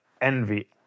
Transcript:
envy